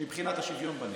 מבחינת השוויון בנטל.